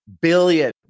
billion